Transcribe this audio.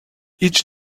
each